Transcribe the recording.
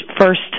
first